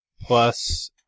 plus